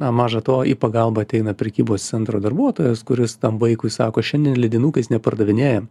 na maža to į pagalbą ateina prekybos centro darbuotojas kuris tam vaikui sako šiandien leidinukais nepardavinėjam